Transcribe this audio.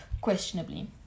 questionably